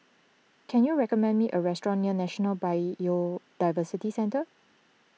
can you recommend me a restaurant near National Biodiversity Centre